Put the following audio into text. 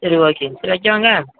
சரி ஓகேங்க சரி வைக்கவாங்க